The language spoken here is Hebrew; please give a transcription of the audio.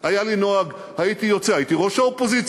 היה לי נוהג, הייתי יוצא, הייתי ראש האופוזיציה,